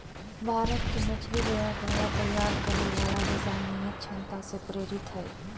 भारत के मछली बाजार द्वारा तैयार करे वाला विशाल निर्यात क्षमता से प्रेरित हइ